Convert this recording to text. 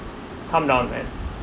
calm down man